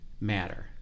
matter